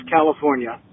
California